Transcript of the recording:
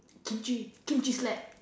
Kimchi Kimchi slap